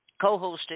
co-hosted